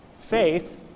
faith